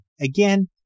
Again